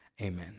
Amen